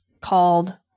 called